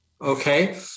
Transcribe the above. Okay